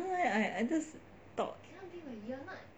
I don't know leh I I just thought